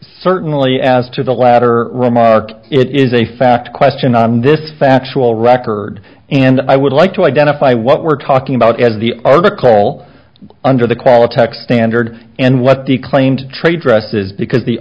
certainly as to the latter remark it is a fact question on this factual record and i would like to identify what we're talking about as the article under the quality text standard and what the claimed trade dress is because the